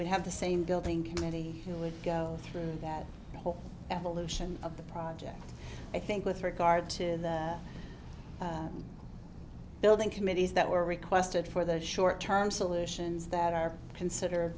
would have the same building committee who would go through that whole evolution of the project i think with regard to building committees that were requested for the short term solutions that are considered